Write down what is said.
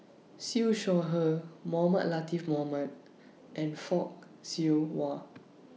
Siew Shaw Her Mohamed Latiff Mohamed and Fock Siew Wah